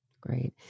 Great